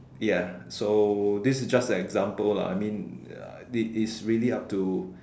ya so this is just an example lah I mean it is really up to